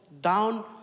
down